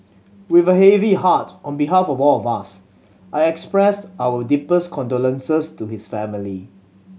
with a heavy heart on behalf of all of us I expressed our deepest condolences to his family